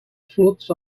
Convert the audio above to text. floats